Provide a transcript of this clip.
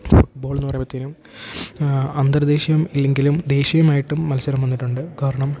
ഫുട്ബോളെന്ന് പറയുമ്പോഴ്ത്തേനും അന്തർ ദേശീയം ഇല്ലെങ്കിലും ദേശീയമായിട്ടും മത്സരം വന്നിട്ടുണ്ട് കാരണം